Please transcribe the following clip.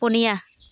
ᱯᱩᱱᱭᱟᱹ